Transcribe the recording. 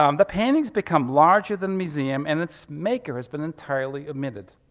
um the painting's become larger than museum and its maker has been entirely omitted.